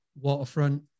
waterfront